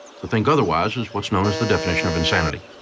to think otherwise is what's known as the definition of insanity.